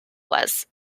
was